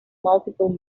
multiple